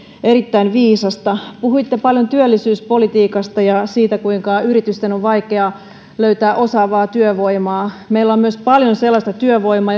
erittäin viisasta puhuitte paljon työllisyyspolitiikasta ja siitä kuinka yritysten on vaikea löytää osaavaa työvoimaa meillä on myös paljon sellaista työvoimaa